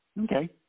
Okay